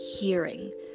hearing